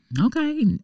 okay